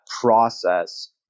process